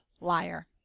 liar